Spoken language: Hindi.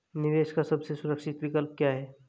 निवेश का सबसे सुरक्षित विकल्प क्या है?